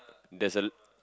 there's a